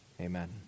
Amen